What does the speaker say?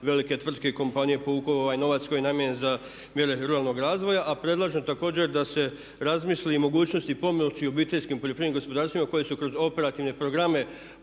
velike tvrtke kompanije povuku ovaj novac koji je namijenjen za mjere ruralnog razvoja a predlažem također da se razmisli i o mogućnosti pomoći obiteljskim poljoprivrednim gospodarstvima koji su kroz operativne programe